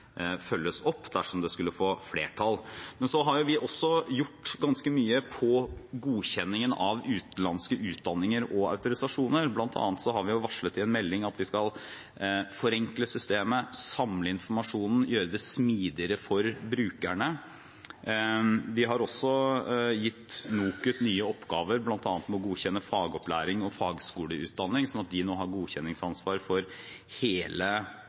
følges opp dersom det skulle få flertall. Vi har også gjort ganske mye med godkjenningen av utenlandske utdanninger og autorisasjoner, bl.a. har vi varslet i en melding at vi skal forenkle systemet, samle informasjonen og gjøre det smidigere for brukerne. Vi har også gitt NOKUT nye oppgaver, bl.a. med å godkjenne fagopplæring og fagskoleutdanning, sånn at de nå har godkjenningsansvar for hele